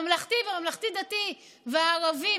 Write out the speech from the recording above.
הממלכתי, הממלכתי-דתי והערבי?